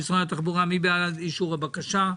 בקשה 79024 משרד התחבורה, מי בעד אישור הבקשה?